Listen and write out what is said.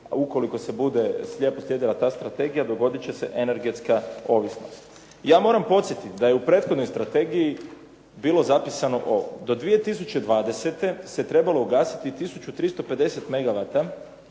ukoliko se bude slijepo slijedila ta strategija, dogodit će se energetska ovisnost. Ja moram podsjetiti da je u prethodnoj strategiji bilo zapisano ovo. Do 2020. se trebalo ugasiti tisuću